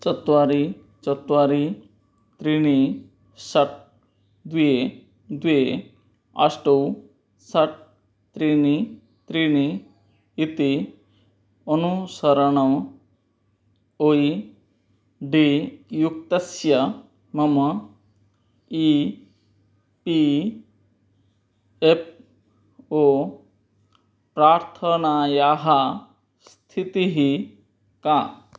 चत्वारि चत्वारि त्रीणि षट् द्वे द्वे अष्ट षट् त्रीणि त्रीणि इति अनुसरणम् ऐ डी युक्तस्य मम ई पी एप् ओ प्रार्थनायाः स्थितिः का